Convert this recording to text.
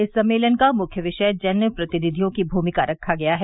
इस सम्मेलन का मुख्य विषय जन प्रतिनिधियों की भूमिका रखा गया है